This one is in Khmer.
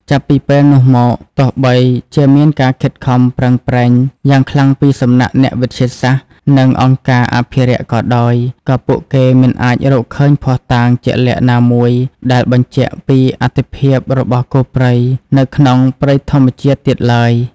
ចាប់ពីពេលនោះមក ទោះបីជាមានការខិតខំប្រឹងប្រែងយ៉ាងខ្លាំងពីសំណាក់អ្នកវិទ្យាសាស្ត្រ និងអង្គការអភិរក្សក៏ដោយ ក៏ពួកគេមិនអាចរកឃើញភស្តុតាងជាក់លាក់ណាមួយដែលបញ្ជាក់ពីអត្ថិភាពរបស់គោព្រៃនៅក្នុងព្រៃធម្មជាតិទៀតឡើយ។